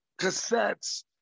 cassettes